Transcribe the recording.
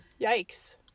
Yikes